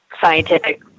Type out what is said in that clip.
scientific